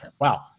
wow